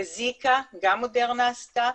ולזיקה גם מודרנה עשתה.